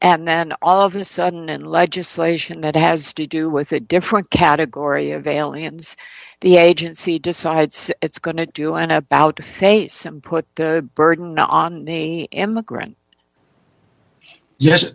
and then all of a sudden in legislation that has to do with a different category of aliens the agency decides it's going to do an about face and put the burden on the emigrant yes